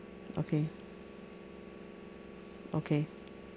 okay okay